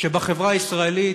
שבחברה הישראלית,